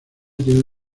tiene